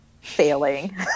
failing